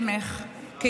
לך דקה.